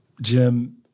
Jim